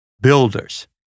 builders